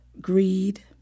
greed